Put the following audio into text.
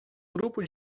grupo